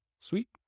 Sweet